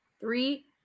Three